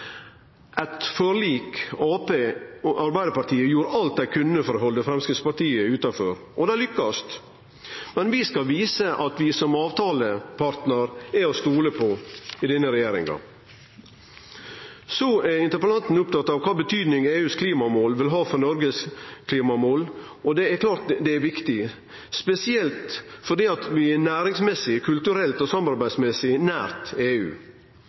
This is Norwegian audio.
eit forlik der Arbeidarpartiet gjorde alt dei kunne for å halde Framstegspartiet utanfor, og dei lykkast. Men vi skal vise at vi som avtalepartnar er til å stole på i denne regjeringa. Så er interpellanten opptatt av kva betydning EUs klimamål vil ha for Noregs klimamål, og det er klart at det er viktig, spesielt fordi vi næringsmessig, kulturelt og samarbeidsmessig er nært EU.